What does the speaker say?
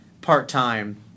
part-time